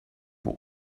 what